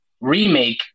remake